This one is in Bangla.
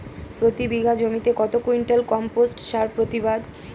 প্রতি বিঘা জমিতে কত কুইন্টাল কম্পোস্ট সার প্রতিবাদ?